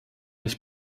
ich